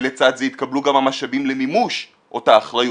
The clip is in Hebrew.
ולצד זה יתקבלו גם המשאבים למימוש אותה אחריות.